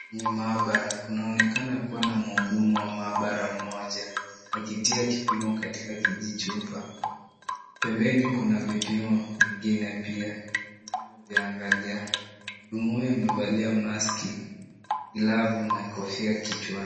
Kwenye maabara, kunaonekana kuwa na mhudumu wa maabara mmoja, akitia kipimo katika kijichupa. Pembeni kuna vipimo vingine pia anavyoviangalia. Mhudumu huyu amevalia maski , glavu na kofia kichwani.